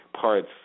parts